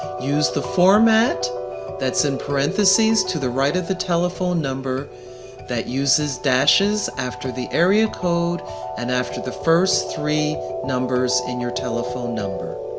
use the format that's in parentheses to the right of the telephone number that uses dashes after the area code and after the first three numbers in your telephone number.